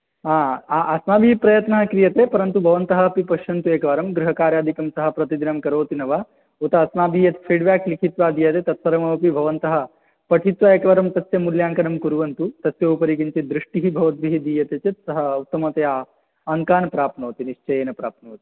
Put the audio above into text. आ अस्माभिः प्रयत्नः क्रियते परन्तु भवन्तः अपि पश्यन्तु एकवारं गृहकार्यादिकं सः प्रतिदिनम् करोति न वा उत अस्माभिः यत् फीड्बाक् लिखित्वा दीयते तत्सर्वमपि भवन्तः पठित्वा एकवारं तस्य मूल्याङ्कनं कुर्वन्तु तस्योपरि किञ्चित् दृष्टिः भवद्भिः दीयते चेत् सः उत्तमतया अङ्कान् प्राप्नोति निश्चयेन प्राप्नोति